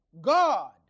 God